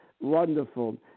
wonderful